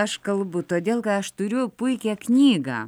aš kalbu todėl kad aš turiu puikią knygą